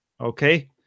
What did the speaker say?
okay